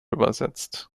übersetzt